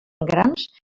grans